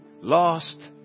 lost